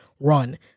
run